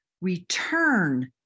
return